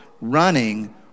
running